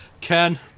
Ken